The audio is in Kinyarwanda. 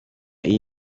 iyi